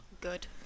Good